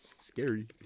scary